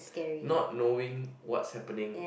not knowing what's happening